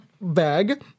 bag